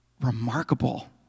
remarkable